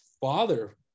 father